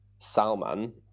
Salman